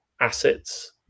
assets